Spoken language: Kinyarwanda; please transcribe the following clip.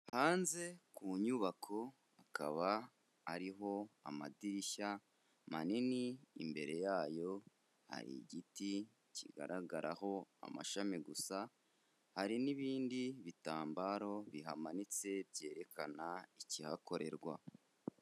Hanze ku nyubako hakaba hariho amadirishya manini, imbere yayo hari igiti kigaragaraho amashami gusa. Hari n'ibindi bitambaro bihamanitse byerekana ikihakorerwa.